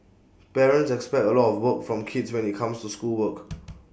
parents expect A lot of work from kids when IT comes to schoolwork